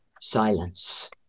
silence